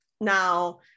now